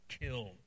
killed